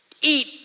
eat